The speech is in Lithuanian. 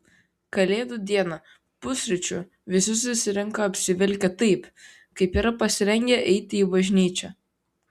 kalėdų dieną pusryčių visi susirenka apsivilkę taip kaip yra pasirengę eiti į bažnyčią